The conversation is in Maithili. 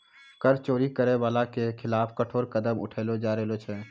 कर चोरी करै बाला के खिलाफ कठोर कदम उठैलो जाय रहलो छै